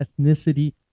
ethnicity